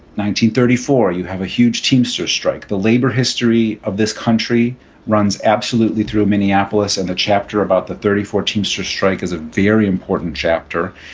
nineteen thirty four, you have a huge teamsters strike. the labor history of this country runs absolutely through minneapolis. and the chapter about the thirty four teamsters strike is a very important chapter.